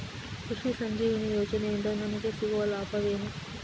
ಕೃಷಿ ಸಂಜೀವಿನಿ ಯೋಜನೆಯಿಂದ ನನಗೆ ಸಿಗುವ ಲಾಭವೇನು?